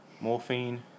morphine